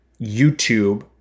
YouTube